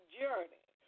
journey